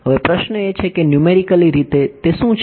હવે પ્રશ્ન એ છે કે ન્યૂમેરિકલી તે શું છે